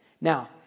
Now